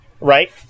Right